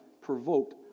provoked